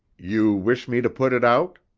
you wish me to put it out?